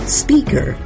speaker